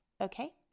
Okay